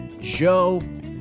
Joe